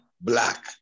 black